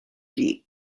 league